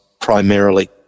primarily